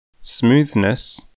Smoothness